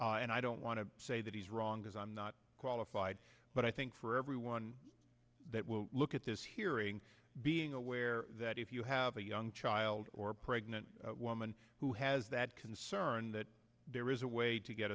and i don't want to say that he's wrong because i'm not qualified but i think for everyone that will look at this hearing being aware that if you have a young child or pregnant woman who has that concern that there is a way to get